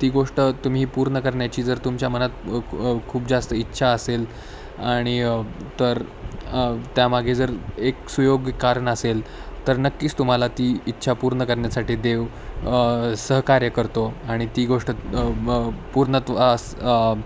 ती गोष्ट तुम्ही पूर्ण करण्याची जर तुमच्या मनात खूप जास्त इच्छा असेल आणि तर त्यामागे जर एक सुयोग्य कारण असेल तर नक्कीच तुम्हाला ती इच्छा पूर्ण करण्यासाठी देव सहकार्य करतो आणि ती गोष्ट ब पूर्णत्वास